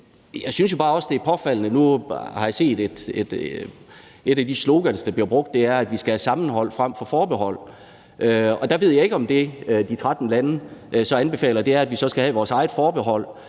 jeg synes jo bare også, det er påfaldende. Nu har jeg set et af de slogans, der bliver brugt, og det er, at vi skal have sammenhold frem for forbehold, og der ved jeg ikke, om det, de 13 lande så anbefaler, er, at vi skal have vores eget forbehold